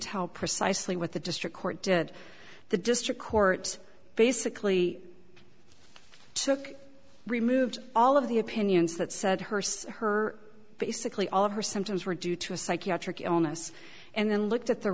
tell precisely what the district court did the district court basically took removed all of the opinions that said her so her basically all of her symptoms were due to a psychiatric illness and then looked at the